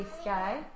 Sky